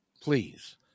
please